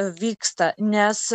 vyksta nes